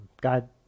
God